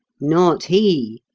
not he.